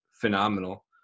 phenomenal